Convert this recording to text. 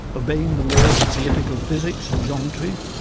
obeying the laws of political physics and geometry,